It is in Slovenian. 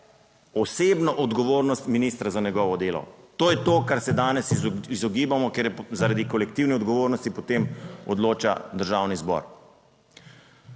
osebno odgovornost ministra za njegovo delo. To je to, kar se danes izogibamo, ker je zaradi kolektivne odgovornosti potem odloča Državni zbor.